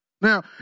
Now